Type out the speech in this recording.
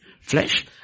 flesh